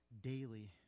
daily